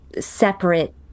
separate